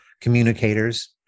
communicators